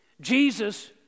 Jesus